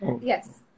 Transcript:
Yes